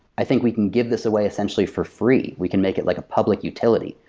i think we can give this away essentially for free. we can make it like a public utility.